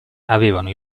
avevano